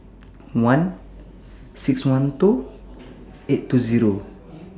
one six one two eight two Zero